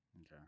Okay